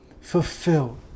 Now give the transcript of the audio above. fulfilled